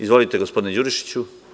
Izvolite gospodine Đurišiću.